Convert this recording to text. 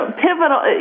pivotal